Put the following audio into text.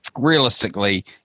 Realistically